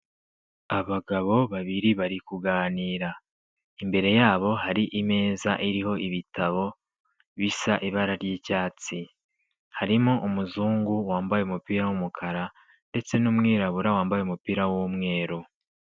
Abagabo babiri bari kuganira, imbere yabo hari imeza iriho ibitabo bisa ibara ry'icyatsi, harimo umuzungu wambaye umupira w'umukara ndetse n'umwirabura wambaye umupira w'umweru.